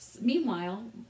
Meanwhile